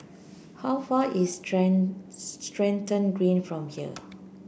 how far is Stratton Green from here